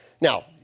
Now